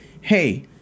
hey